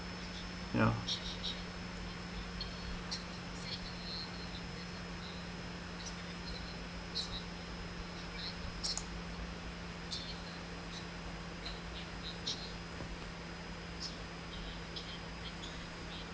ya